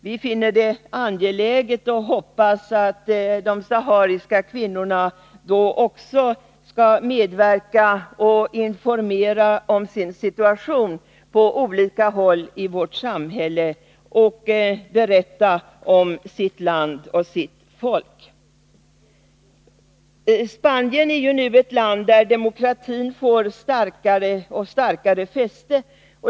Vi finner det angeläget och hoppas att de sahariska kvinnorna då också skall medverka och informera om sin situation på olika håll i vårt samhälle och berätta om sitt land och sitt folk. Spanien är ju nu ett land där demokratin får starkare och starkare fäste.